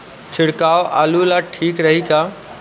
छिड़काव आलू ला ठीक रही का?